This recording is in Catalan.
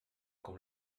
com